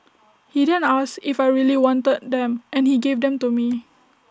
he then asked if I really wanted them and he gave them to me